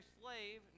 slave